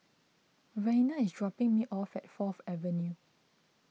Raina is dropping me off at Fourth Avenue